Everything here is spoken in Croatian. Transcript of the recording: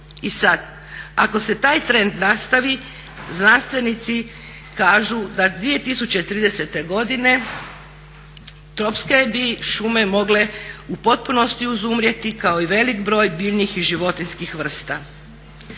I sada, ako se taj trend nastavi znanstvenici kažu da 2030. godine tropske bi šume mogle u potpunosti izumrijeti kao i velik broj biljnih i životinjskih vrsta.